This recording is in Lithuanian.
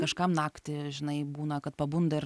kažkam naktį žinai būna kad pabunda ir